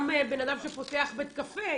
גם בן אדם שפותח בית קפה,